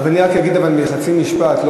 אז רק אגיד חצי משפט,